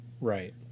Right